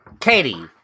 Katie